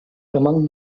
among